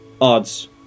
Odds